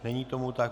Není tomu tak.